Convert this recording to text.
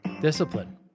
Discipline